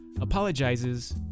apologizes